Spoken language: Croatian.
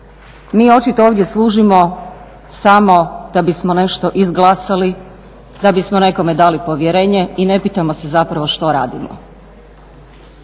Mi očito ovdje služimo samo da bismo nešto izglasali, da bismo nekome dali povjerenje i ne pitamo se zapravo što radimo.